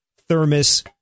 thermos